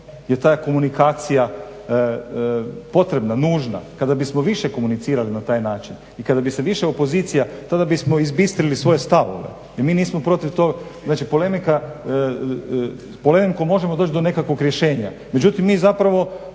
jel ta je komunikacija potrebna, nužna. Kada bismo više komunicirali na taj način i kada bi se više opozicija tada bismo izbistrili svoje stavove. Znači polemikom možemo doći do nekakvog rješenja. Međutim mi ovdje